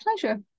pleasure